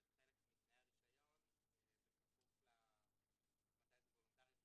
חלק מתנאי הרישיון בכפוף למתי זה וולונטרי,